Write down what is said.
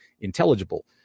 intelligible